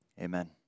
Amen